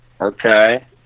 Okay